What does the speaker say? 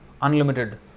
unlimited